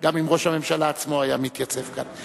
גם אם ראש הממשלה עצמו היה מתייצב כאן.